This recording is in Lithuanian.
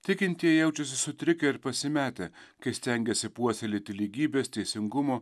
tikintieji jaučiasi sutrikę ir pasimetę kai stengiasi puoselėti lygybės teisingumo